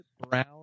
brown